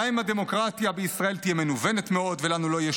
גם אם הדמוקרטיה בישראל תהיה מנוונת מאוד ולנו לא יהיה